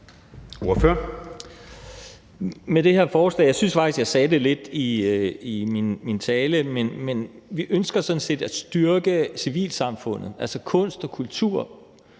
Med det her forslag – og jeg synes faktisk, at jeg sagde det lidt i min tale – ønsker vi sådan set at styrke civilsamfundet, altså kunst og kultur,